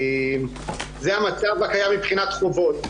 זה המצב הקיים מבחינת חובות.